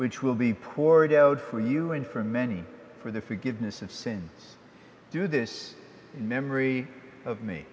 which will be poured out for you and for many for the forgiveness of sin do this memory of me